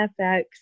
FX